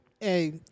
Hey